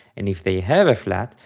and if they have a flat,